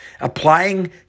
Applying